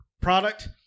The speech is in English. product